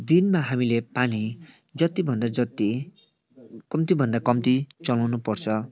दिनमा हामीले पानी जति भन्दा जति कम्ती भन्दा कम्ती चलाउनु पर्छ